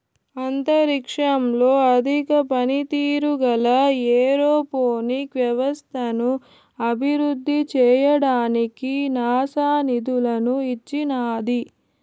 అంతరిక్షంలో అధిక పనితీరు గల ఏరోపోనిక్ వ్యవస్థను అభివృద్ధి చేయడానికి నాసా నిధులను ఇచ్చినాది